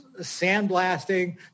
sandblasting